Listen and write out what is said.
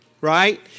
right